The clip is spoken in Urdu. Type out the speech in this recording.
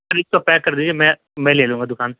پھر اس کو پیک کر دیجئے میں میں لے لوں گا دوکان سے